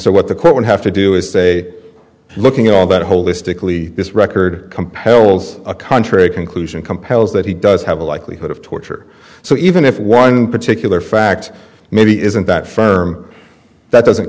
so what the court would have to do is say looking at all that holistically this record compels a contrary conclusion compels that he does have a likelihood of torture so even if one particular fact maybe isn't that firm that doesn't